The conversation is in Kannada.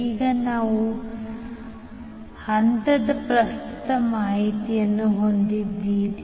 ಈಗ ನೀವು ಹಂತದ ಪ್ರಸ್ತುತ ಮಾಹಿತಿಯನ್ನು ಹೊಂದಿದ್ದೀರಿ